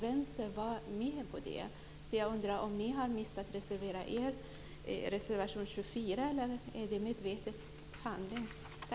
Vänstern var också med på den. Så jag undrar om ni har missat att reservera er för reservation nr 24. Eller är det en medveten handling?